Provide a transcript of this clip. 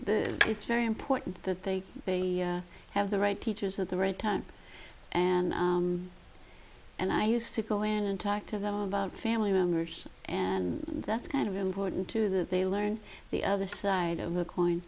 know it's very important that they have the right teachers at the right time and and i used to go in and talk to them about family members and that's kind of important too that they learn the other side of the coin